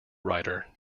writer